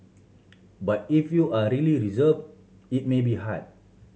but if you are really reserve it may be hard